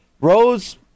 Rose